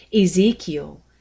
Ezekiel